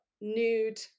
nude